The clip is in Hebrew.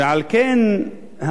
ועל כן,